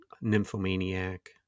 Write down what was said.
nymphomaniac